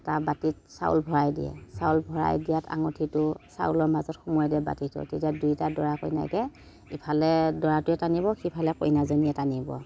এটা বাতিত চাউল ভৰাই দিয়ে চাউল ভৰাই দিয়াত আঙুঠিটো চাউলৰ মাজত সোমোৱাই দিয়ে বাতিটোত তেতিয়া দুইটা দৰা কইনাকে ইফালে দৰাটোৱে টানিব সিফালে কইনাজনীয়ে টানিব